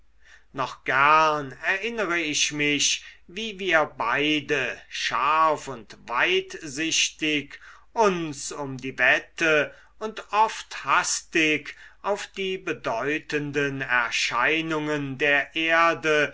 noch gern erinnere ich mich wie wir beide scharf und weitsichtig uns um die wette und oft hastig auf die bedeutenden erscheinungen der erde